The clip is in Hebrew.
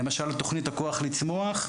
תוכנית ׳הכוח לצמוח׳,